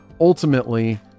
ultimately